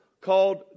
called